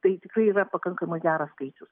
tai tikrai yra pakankamai geras skaičius